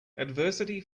adversity